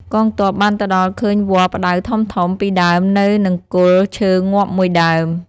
កងទ័ពបានទៅដល់ឃើញវល្លិផ្ដៅធំៗ ពីរដើមនៅនឹងគល់ឈើងាប់មួយដើម ។